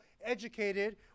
educated